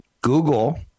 Google